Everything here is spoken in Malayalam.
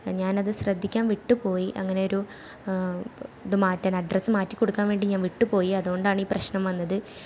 ഞാനത് ശ്രദ്ധിക്കാൻ വിട്ടുപോയി അങ്ങനെ ഒരു ഇത് മാറ്റാൻ അഡ്രസ്സ് മാറ്റിക്കൊടുക്കാൻ വേണ്ടി ഞാൻ വിട്ടുപോയി അതുകൊണ്ടാണീ പ്രശ്നം വന്നത്